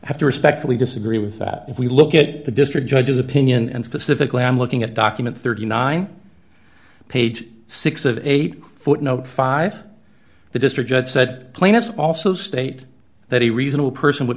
have to respectfully disagree with that if we look at the district judge's opinion and specifically i'm looking at document thirty nine dollars page six of eight footnote five the district judge said plaintiffs also state that a reasonable person would